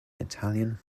italian